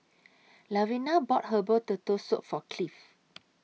Lavina bought Herbal Turtle Soup For Cliff